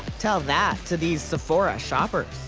tell that to these sephora shoppers.